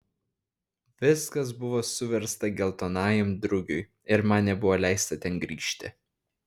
viskas buvo suversta geltonajam drugiui ir man nebuvo leista ten grįžti